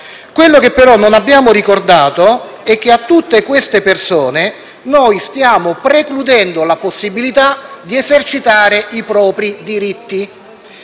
Quello che però non abbiamo ricordato è che a tutte queste persone noi stiamo precludendo la possibilità di esercitare i propri diritti;